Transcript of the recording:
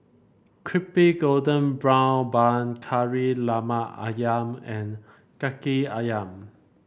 Crispy Golden Brown Bun Kari Lemak ayam and kaki ayam